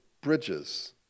bridges